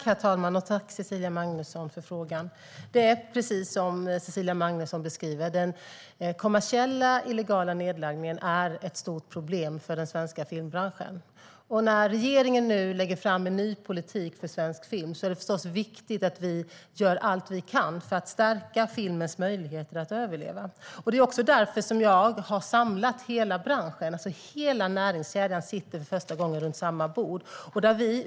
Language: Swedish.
Herr talman! Tack, Cecilia Magnusson, för frågan! Det är precis som Cecilia Magnusson beskriver. Den kommersiella illegala nedladdningen är ett stort problem för den svenska filmbranschen. När regeringen nu lägger fram en ny politik för svensk film är det förstås viktigt att vi gör allt vi kan för att stärka filmens möjligheter att överleva. Det är också därför jag har samlat hela branschen. Hela näringskedjan sitter för första gången runt samma bord.